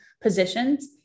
positions